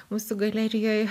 mūsų galerijoj